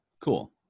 Cool